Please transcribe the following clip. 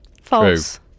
False